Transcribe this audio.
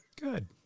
Good